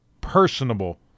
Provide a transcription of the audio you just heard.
personable